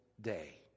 day